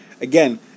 Again